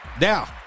Now